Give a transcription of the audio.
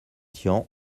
tian